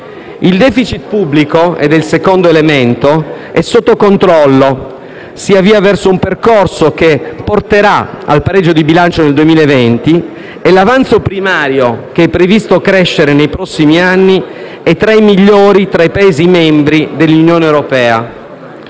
Il *deficit* pubblico - questo è il secondo elemento - è sotto controllo e si avvia verso un percorso che porterà al pareggio di bilancio nel 2020, mentre l'avanzo primario, che è previsto crescere nei prossimi anni, è tra i migliori tra i Paesi membri dell'Unione europea.